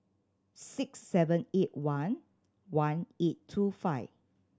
six seven eight one one eight two five